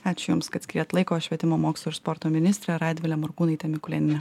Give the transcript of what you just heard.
ačiū jums kad skyrėt laiko švietimo mokslo ir sporto ministrė radvilė morkūnaitė mikulėnienė